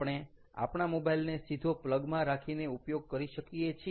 આપણે આપણા મોબાઈલ ને સીધો પ્લગમાં રાખીને ઉપયોગ કરી શકીએ છીએ